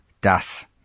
das